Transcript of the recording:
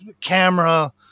camera